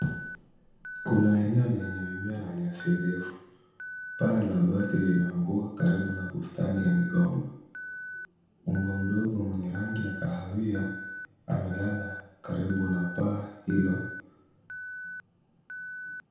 Kuna eneo lenye mimea na nyasi ndefu. Paa la bati limeanguka karibu na bustani ya migomba. Mbwa mdogo mwenye rangi ya kahawia amelala karibu na paa hilo.